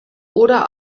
oder